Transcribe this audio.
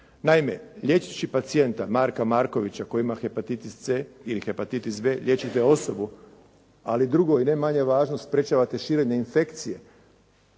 Naime, liječeći pacijenta Marka Markovića koji ima hepatitis c ili hepatitis b, liječite osobu, ali drugo i ne manje važno, sprječavate širenje infekcije.